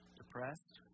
depressed